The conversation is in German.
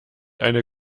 eine